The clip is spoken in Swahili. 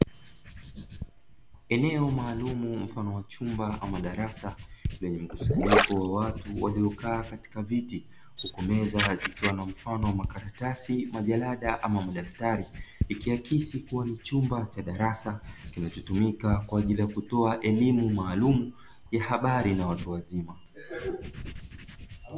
Eneo maalumu mfano wa chumba ama darasa lenye mkusanyiko wa watu waliokaa katika viti huku meza zikiwa na mfano wa makaratasi, majarada ama madaftari ikiakisi kuwa ni chumba cha darasa kinachotumika kwa ajili ya kutoa elimu maalumu ya habari na watu wazima.